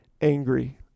angry